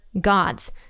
gods